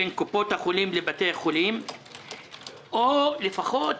בין קופות החולים לבתי החולים או לפחות